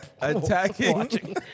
attacking